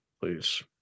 Please